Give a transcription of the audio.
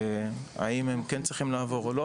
האם הם צריכים לעבור או לא,